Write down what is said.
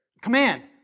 Command